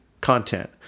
content